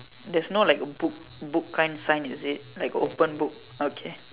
there's no like a book book kind sign is it like open book okay